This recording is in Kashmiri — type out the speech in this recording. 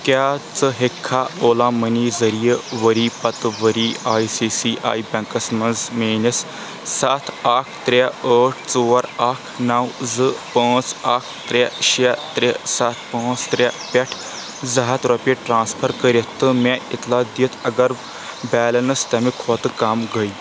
کیٛاہ ژٕ ہٮ۪ککھا اولا مٔنی ذٔریعہٕ ؤری پتہٕ ؤری I C C I banks منٛز میٲنِس سَتھ اکھ ترٛے ٲٹھ ژور اکھ نَو زٕ پانٛژ اکھ ترٛے شیٚے ترٛے سَتھ پانٛژ ترٛے پٮ۪ٹھ زٕ ہَتھ رۄپیہِ ٹرانسفر کٔرِتھ تہٕ مےٚ اطلاع دِتھ اگر بیلنس تَمہِ کھۄتہٕ کَم گٔے؟